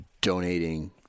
donating